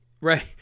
Right